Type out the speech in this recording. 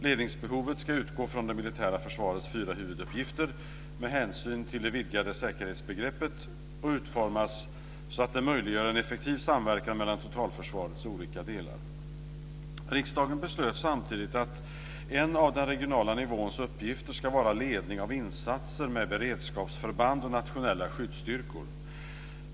Ledningsbehovet ska utgå från det militära försvarets fyra huvuduppgifter med hänsyn till det vidgade säkerhetsbegreppet och utformas så att det möjliggör en effektiv samverkan mellan totalförsvarets olika delar. Riksdagen beslöt samtidigt att en av den regionala nivåns uppgifter ska vara ledning av insatser med beredskapsförband och nationella skyddsstyrkor.